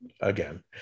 again